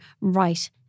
right